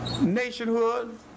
nationhood